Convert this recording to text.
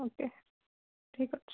okay ଠିକ୍ ଅଛି